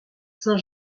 saint